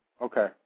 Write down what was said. Okay